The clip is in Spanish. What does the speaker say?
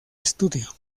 estudio